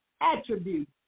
attribute